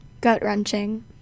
Gut-wrenching